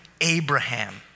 Abraham